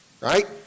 right